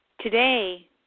Today